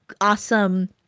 awesome